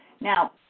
Now